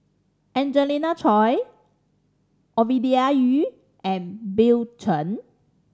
Angelina Choy Ovidia Yu and Bill Chen